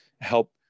help